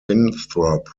winthrop